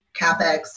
CapEx